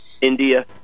India